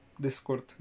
Discord